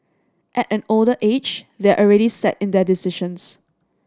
at an older age they're already set in their decisions